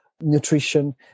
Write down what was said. nutrition